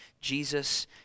Jesus